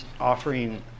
offering